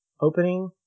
opening